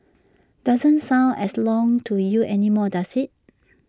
doesn't sound as long to you anymore does IT